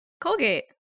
Colgate